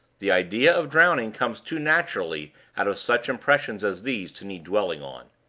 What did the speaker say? the idea of drowning comes too naturally out of such impressions as these to need dwelling on.